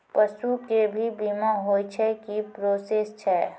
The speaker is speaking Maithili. पसु के भी बीमा होय छै, की प्रोसेस छै?